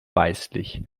weißlich